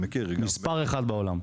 מספר אחד בעולם.